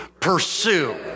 pursue